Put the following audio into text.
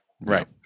Right